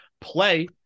play